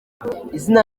izina